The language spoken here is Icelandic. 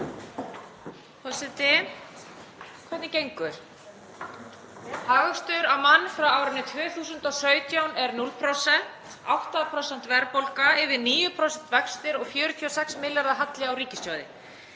Forseti. Hvernig gengur? Hagvöxtur á mann frá árinu 2017 er 0%, 8% verðbólga, yfir 9% vextir og 46 milljarða halli á ríkissjóði,